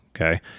Okay